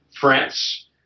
France